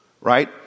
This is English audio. Right